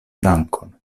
dankon